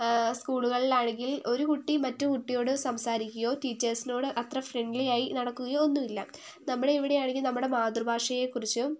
സ്കൂളുകളിൽ ആണെങ്കില് ഒരു കുട്ടി മറ്റേ കുട്ടിയോട് സംസാരിക്കുകയോ ടീച്ചേഴ്സിനോട് അത്ര ഫ്രണ്ട്ലിയായി നടക്കുകയോ ഒന്നും ഇല്ല നമ്മള് ഇവിടെ ആണെങ്കിൽ നമ്മുടെ മാതൃഭാഷയെക്കുറിച്ചും